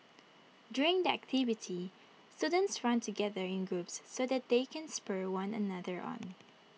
during the activity students run together in groups so that they can spur one another on